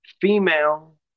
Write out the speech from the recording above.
female